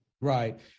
Right